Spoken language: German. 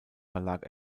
verlag